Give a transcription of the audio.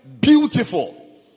beautiful